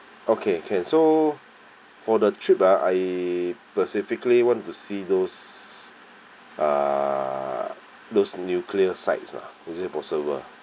okay can so for the trip ah I specificaly want to see those uh those nuclear sites lah is it possible